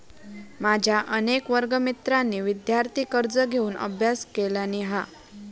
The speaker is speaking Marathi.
माझ्या अनेक वर्गमित्रांनी विदयार्थी कर्ज घेऊन अभ्यास केलानी हा